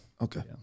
Okay